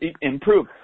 improve